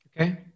Okay